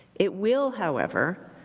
it will however,